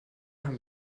haben